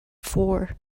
four